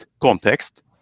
context